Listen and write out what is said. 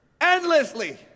endlessly